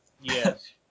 Yes